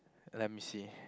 let me see